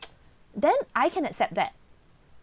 then I can accept that